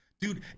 dude